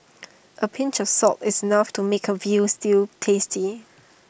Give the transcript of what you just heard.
A pinch of salt is enough to make A Veal Stew tasty